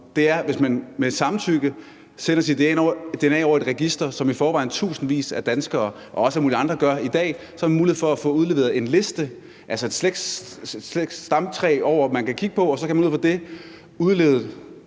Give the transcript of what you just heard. nu, er, at hvis man med samtykke sender sit dna over i et register, som i forvejen tusindvis af danskere og også alle mulige andre gør i dag, kan politiet få udleveret en liste, altså et stamtræ, de kan kigge på, og så kan de ud fra det